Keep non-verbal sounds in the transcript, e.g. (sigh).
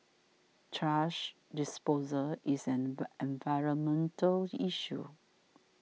thrash disposal is an (unintelligible) environmental issue